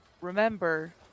Remember